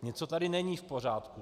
Něco tady není v pořádku.